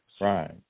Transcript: right